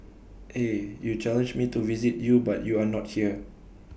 eh you challenged me to visit your but you are not here